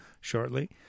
shortly